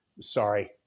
sorry